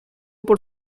por